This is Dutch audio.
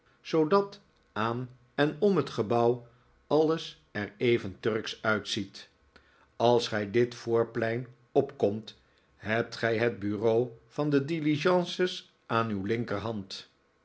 zoodat aan en om het gebouw alles er even turksch uitziet als gij dit voorplein op komt hebt gij het bureau van de diligences aan uw linkerhand